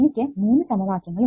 എനിക്ക് മൂന്ന് സമവാക്യങ്ങൾ ഉണ്ട്